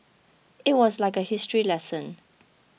it was like a history lesson